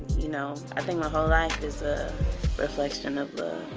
you know, i think my whole life is a reflection of